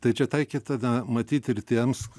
tai čia taikytina matyt ir tiems